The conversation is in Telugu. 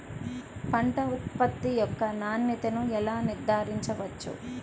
పంట ఉత్పత్తి యొక్క నాణ్యతను ఎలా నిర్ధారించవచ్చు?